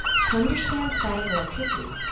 to understand static electricity,